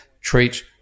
treat